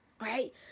Right